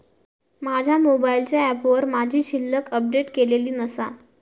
माझ्या मोबाईलच्या ऍपवर माझी शिल्लक अपडेट केलेली नसा